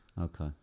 Okay